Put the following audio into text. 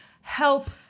help